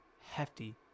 hefty